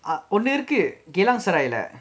ஒன்னு இருக்கு:onnu irukku geylang serai leh